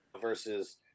versus